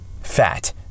fat